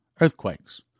Earthquakes